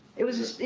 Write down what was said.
it was, yeah,